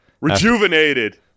Rejuvenated